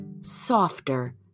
softer